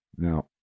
Now